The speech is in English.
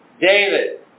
David